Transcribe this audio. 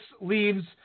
leaves